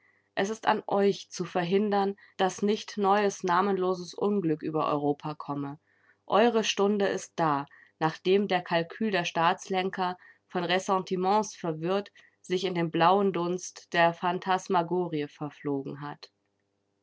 es ist an euch zu verhindern daß nicht neues namenloses unglück über europa komme eure stunde ist da nachdem der kalkül der staatslenker von ressentiments verwirrt sich in den blauen dunst der phantasmagorie verflogen hat